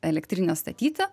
elektrinę statyti